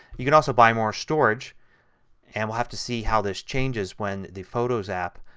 you can also buy more storage and we'll have to see how this changes when the photos app